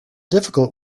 difficult